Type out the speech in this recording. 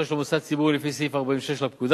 של המוסד הציבורי לפי סעיף 46 לפקודה.